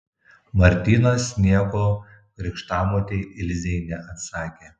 martynas nieko krikštamotei ilzei neatsakė